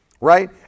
right